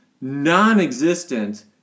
non-existent